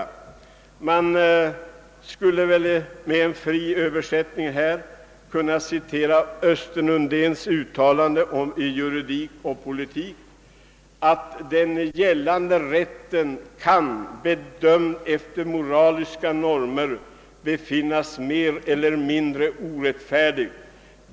Man skulle väl med en fri översättning här kunna citera Östen Undéns uttalande i Juridik och politik, nämligen att »den gällande rätten kan, bedömd efter moraliska normer, befinnas mer eller mindre orättfärdig.